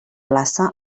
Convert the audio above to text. plaça